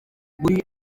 muri